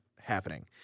happening